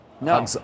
No